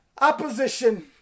opposition